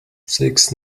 six